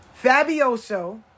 Fabioso